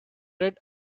read